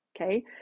Okay